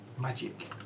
Magic